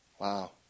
Wow